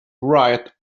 right